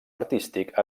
artístic